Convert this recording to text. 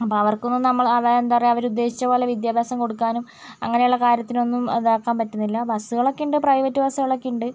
അപ്പം അവർക്ക് ഒന്ന് നമ്മൾ എന്താ പറയുക അവർ ഉദ്ദേശിച്ചപോലെ വിദ്യഭ്യാസം കൊടുക്കാനും അങ്ങനെ ഉള്ള കാര്യത്തിനൊന്നും ഇതാക്കാൻ പറ്റുന്നില്ല ബസ്സുകൾ ഒക്കെ ഉണ്ട് പ്രൈവറ്റ് ബസ്സുകളൊക്കെ ഉണ്ട്